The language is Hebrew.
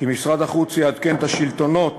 כי משרד החוץ יעדכן את השלטונות